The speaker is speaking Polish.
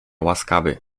łaskawy